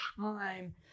time